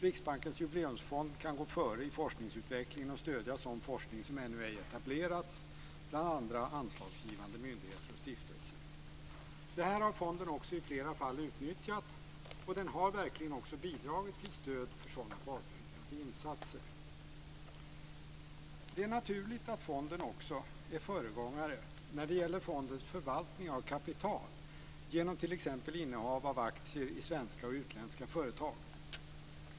Riksbankens Jubileumsfond kan gå före i forskningsutvecklingen och stödja sådan forskning som ännu ej etablerats bland andra anslagsgivande myndigheter och stiftelser. Det här har fonden också i flera fall utnyttjat. Den har verkligen bidragit till stöd för sådana banbrytande insatser. Det är naturligt att fonden också är föregångare när det gäller förvaltning av kapital genom t.ex. innehav av aktier i svenska och utländska företag.